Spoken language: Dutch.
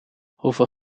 hoeveel